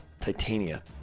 Titania